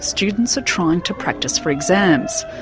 students are trying to practise for exams.